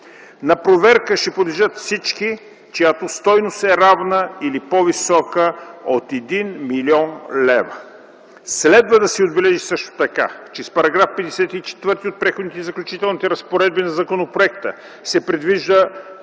На проверка ще подлежат всички, чиято стойност е равна или по-висока от 1 млн. лв. Следва да се отбележи също така, че с § 54 от Преходните и заключителните разпоредби на законопроекта се предвиждат